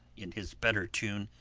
in his better tune,